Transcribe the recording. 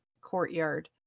courtyard